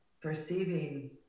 perceiving